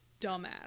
dumbass